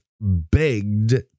begged